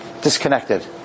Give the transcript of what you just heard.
disconnected